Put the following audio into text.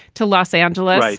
to los angeles.